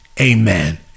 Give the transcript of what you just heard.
amen